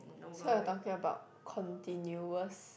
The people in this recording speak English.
so you're talking about continuous